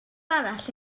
arall